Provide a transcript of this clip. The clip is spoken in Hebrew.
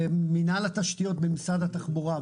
במינהל התשתיות במשרד התחבורה,